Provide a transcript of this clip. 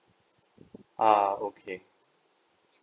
err okay